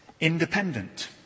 independent